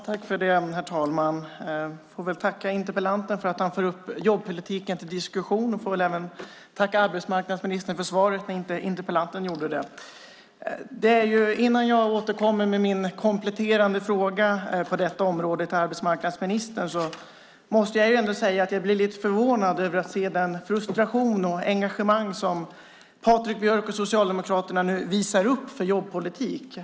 Herr talman! Jag får väl tacka interpellanten för att han för upp jobbpolitiken till diskussion. Jag får väl även tacka arbetsmarknadsministern för svaret när inte interpellanten gjorde det. Innan jag återkommer med min kompletterande fråga på detta område till arbetsmarknadsministern måste jag säga att jag blir lite förvånad över att se den frustration och det engagemang som Patrik Björck och Socialdemokraterna nu visar upp för jobbpolitik.